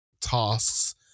tasks